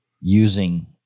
using